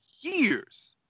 years